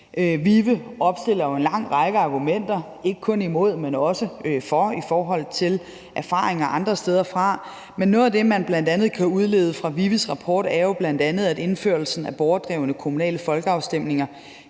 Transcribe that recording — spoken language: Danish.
VIVE opstiller en lang række argumenter, ikke kun imod, men også for, i forhold til erfaringer fra andre steder. Men noget af det, man bl.a. kan udlede fra VIVE's rapport, er jo, at indførelsen af borgerdrevne kommunale folkeafstemninger